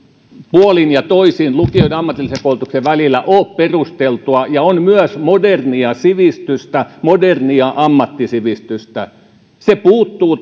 puolin ja toisin lukion ja ammatillisen koulutuksen välillä ole perusteltua ja myös modernia sivistystä modernia ammattisivistystä puuttuu